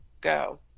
go